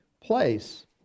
place